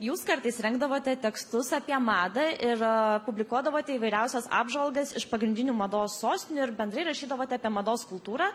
jūs kartais rengdavote tekstus apie madą ir publikuodavote įvairiausias apžvalgas iš pagrindinių mados sostinių ir bendrai rašydavote apie mados kultūrą